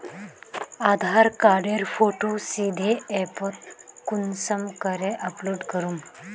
आधार कार्डेर फोटो सीधे ऐपोत कुंसम करे अपलोड करूम?